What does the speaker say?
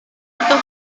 tutup